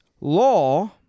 law